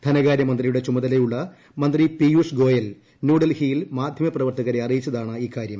ധനകാര്യ മന്ത്രിയുടെ ചുമതലയുള്ള മന്ത്രി പീയൂഷ് ഗോയൽ ന്യൂഡൽഹിയിൽ മാധ്യമപ്രവർത്തകരെ അറിയിച്ചതാണിക്കാരൃം